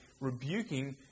rebuking